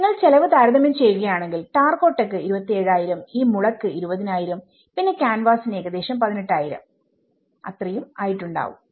നിങ്ങൾ ചെലവ് താരതമ്യം ചെയ്യുകയാണെങ്കിൽ ടെറാകോട്ടക്ക് 27000ഈ മുള ക്ക് 20000 പിന്നെ ക്യാൻവാസിന് ഏകദേശം 18000 രൂപയും ആയിട്ടുണ്ടാവും